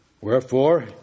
Wherefore